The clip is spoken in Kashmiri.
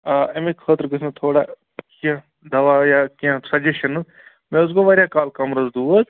آ اَمی خٲطرٕ گژھِ مےٚ تھوڑا کیٚنٛہہ دَوا یا کیٚنٛہہ سَجَشَنہٕ مےٚ حظ گوٚو واریاہ کال کَمرَس دود